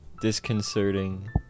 disconcerting